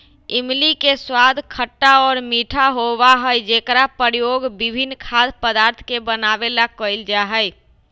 इमली के स्वाद खट्टा और मीठा होबा हई जेकरा प्रयोग विभिन्न खाद्य पदार्थ के बनावे ला कइल जाहई